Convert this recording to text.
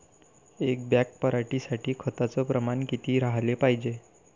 एक बॅग पराटी साठी खताचं प्रमान किती राहाले पायजे?